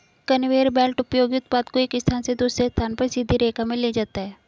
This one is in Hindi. कन्वेयर बेल्ट उपयोगी उत्पाद को एक स्थान से दूसरे स्थान पर सीधी रेखा में ले जाता है